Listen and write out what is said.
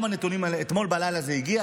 אתמול בלילה זה הגיע,